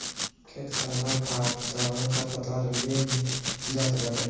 खेत कअ आधा खाद तअ खरपतवार लील जात बाटे